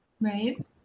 Right